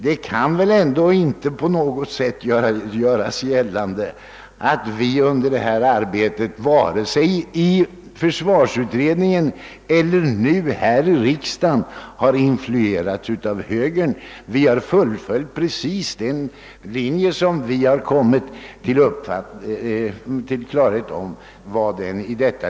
Det går väl inte att göra gällande att vi under arbetet i försvarsutredningen eller här i riksdagen har varit influerade av högern. Vi har fullföljt den linje som vi i varje läge funnit vara den bästa och riktigaste.